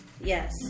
Yes